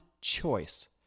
choice